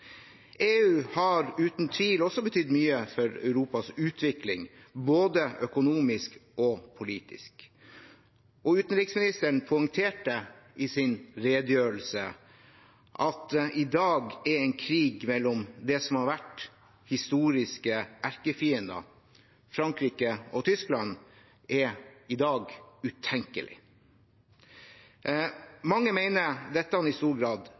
EU har uten tvil betydd mye for Europas utvikling, både økonomisk og politisk. Utenriksministeren poengterte i sin redegjørelse at i dag er en krig mellom landene som historisk sett har vært erkefiender – Frankrike og Tyskland – utenkelig. Mange mener dette i stor grad